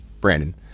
Brandon